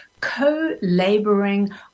co-laboring